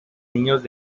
niños